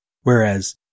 Whereas